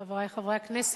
תודה רבה, חברי חברי הכנסת,